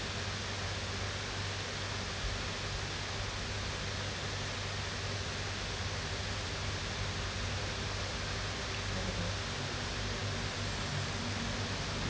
what is it